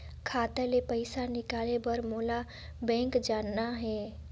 खाता ले पइसा निकाले बर मोला बैंक जाना हे?